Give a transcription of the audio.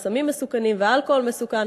אז הסמים מסוכנים והאלכוהול מסוכן,